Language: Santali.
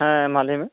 ᱦᱮᱸ ᱢᱟ ᱞᱟ ᱭᱢᱮ